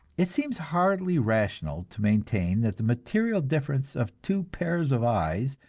it seems hardly rational to maintain that the material difference of two pairs of eyes,